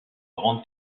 grande